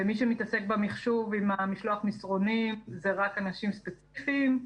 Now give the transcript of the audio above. ומי שמתעסק במחשוב עם משלוח המסרונים זה רק אנשים ספציפיים.